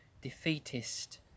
defeatist